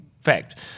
fact